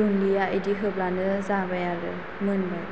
दुन्दिया इदि होब्लानो जाबाय आरो मोनबाय